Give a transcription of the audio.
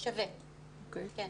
שווה, כן.